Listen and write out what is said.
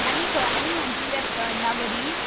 आनी खंय आनी खंची रॅस्टॉरण ना बरीं